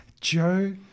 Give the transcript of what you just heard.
Joe